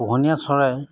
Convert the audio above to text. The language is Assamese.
পোহনীয়া চৰাই